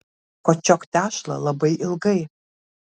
kočiok tešlą labai ilgai